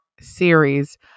series